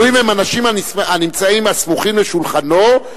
תלויים הם אנשים הנמצאים סמוכים על שולחנו,